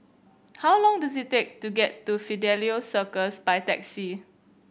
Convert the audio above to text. how long does it take to get to Fidelio Circus by taxi